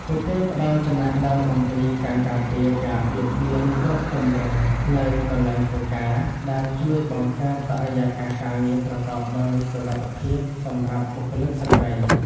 ពួកគេផ្ដល់ចំណេះដឹងអំពីការការពារការបៀតបៀនគ្រប់ទម្រង់នៅកន្លែងធ្វើការ ដែលជួយបង្កើតបរិយាកាសការងារប្រកបដោយសុវត្ថិភាពសម្រាប់បុគ្គលិកស្រ្តី។